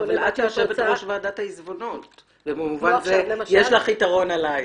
אבל את יושבת בראש ועדת העיזבונות ובמובן הזה יש לך יתרון עלי.